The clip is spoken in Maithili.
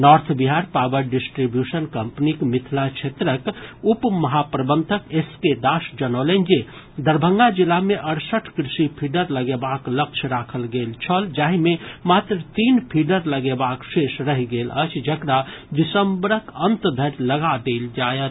नॉर्थ बिहार पावर डिस्ट्रीब्यूशन कंपनीक मिथिला क्षेत्रक उप महाप्रबंधक एस के दास जनौलनि जे दरभंगा जिला मे अड़सठ कृषि फीडर लगेबाक लक्ष्य राखल गेल छल जाहि मे मात्र तीन फीडर लगेबाक शेष रहि गेल अछि जकरा दिसंबरक अंत धरि लगा देल जायत